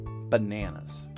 bananas